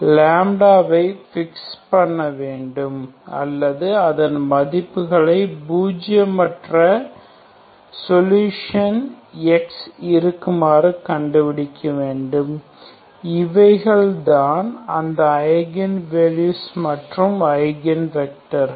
λ ஐ பிக்ஸ் பண்ணவேண்டும் அல்லது அதன் மதிப்புகளை பூஜ்ஜியம் அற்ற சொல்யூஷன் X இருக்குமாறு கண்டுபிடிக்க வேண்டும் இவைகள்தான் அந்த ஐகன் வேல்யூஸ் மற்றும் ஐகன் வெக்டர்கள்